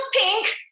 pink